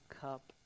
cup